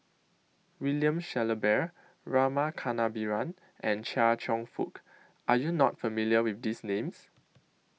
William Shellabear Rama Kannabiran and Chia Cheong Fook Are YOU not familiar with These Names